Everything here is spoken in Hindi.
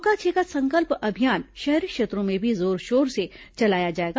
रोका छेका संकल्प अभियान शहरी क्षेत्रों में भी जोर शोर से चलाया जाएगा